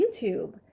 YouTube